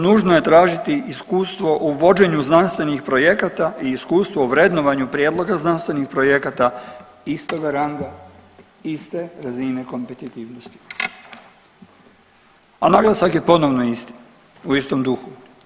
Nužno je tražiti iskustvo u vođenju znanstvenih projekata i iskustvo u vrednovanju prijedloga znanstvenih projekata istoga ranga iste razine kompetitivnosti, a naglasak je ponovno isti, u istom duhu.